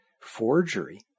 forgery